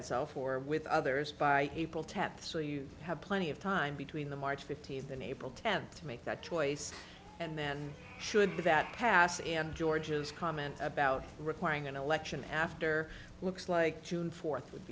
itself or with others by april tenth so you have plenty of time between the march fifteenth and april tenth to make that choice and then should that pass and george's comment about requiring an election after looks like june fourth would